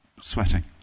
sweating